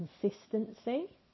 consistency